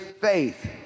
faith